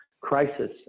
crisis